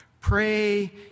Pray